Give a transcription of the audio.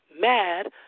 mad